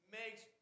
makes